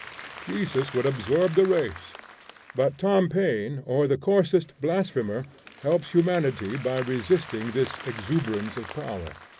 jesus would absorb the race but tom paine or the coarsest blasphemer helps humanity by resisting this exuberance of power.